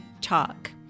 TALK